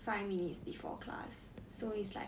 five minutes before class so it's like